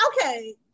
okay